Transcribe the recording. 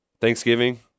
Thanksgiving